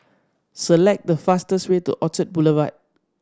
select the fastest way to Orchard Boulevard